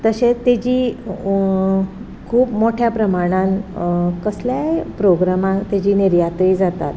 तशेंच तेजी खूब मोट्या प्रमाणान ल्हान कसल्याय प्रोग्रामाक तेजे निर्याती जातात